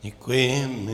Děkuji.